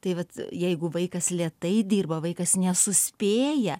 tai vat jeigu vaikas lėtai dirba vaikas nesuspėja